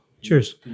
Cheers